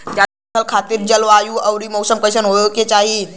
जायद फसल खातिर जलवायु अउर मौसम कइसन होवे के चाही?